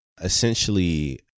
essentially